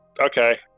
Okay